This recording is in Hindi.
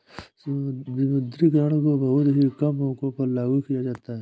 विमुद्रीकरण को बहुत ही कम मौकों पर लागू किया जाता है